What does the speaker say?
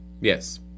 Yes